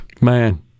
Man